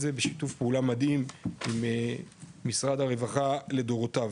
זה בשיתוף פעולה מדהים עם משרד הרווחה לדורותיו